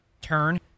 turn